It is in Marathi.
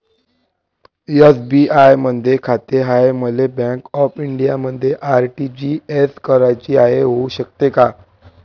एस.बी.आय मधी खाते हाय, मले बँक ऑफ इंडियामध्ये आर.टी.जी.एस कराच हाय, होऊ शकते का?